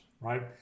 right